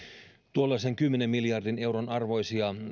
tuollaisen kymmenen miljardin euron arvoisia